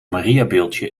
mariabeeldje